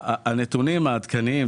הנתונים העדכניים,